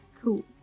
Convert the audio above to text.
Cool